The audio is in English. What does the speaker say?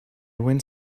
went